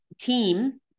team